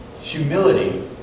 humility